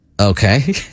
Okay